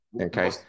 okay